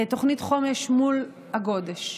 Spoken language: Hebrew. תוכנית חומש מול הגודש.